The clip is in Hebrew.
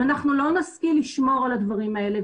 אם לא נשכיל לשמור על הדברים האלה,